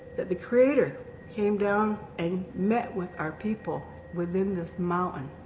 that the creator came down and met with our people within this mountain.